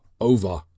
over